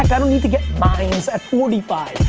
i don't need to get mines at forty five.